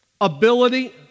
ability